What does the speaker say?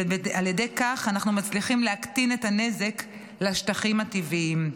ועל ידי כך אנחנו מצליחים להקטין את הנזק לשטחים הטבעיים.